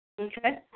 Okay